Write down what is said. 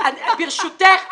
ברשותך,